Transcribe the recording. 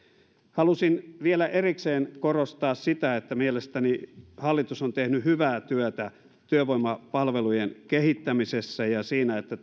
halusin vielä erikseen korostaa sitä että mielestäni hallitus on tehnyt hyvää työtä työvoimapalvelujen kehittämisessä ja siinä että